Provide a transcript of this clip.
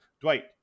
dwight